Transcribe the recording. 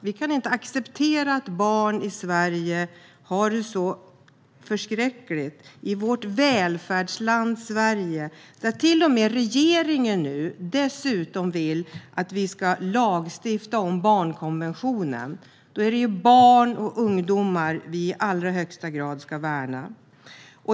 Vi kan inte acceptera att barn har det så förskräckligt i vårt välfärdsland Sverige, där regeringen dessutom vill att vi ska lagstifta om barnkonventionen. Då är det ju barn och ungdomar som vi i allra högsta grad ska värna.